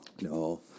No